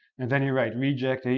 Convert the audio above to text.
and then you write reject, and